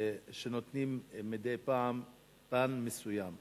שנותנים מדי פעם פן מסוים.